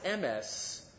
MS